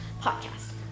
podcast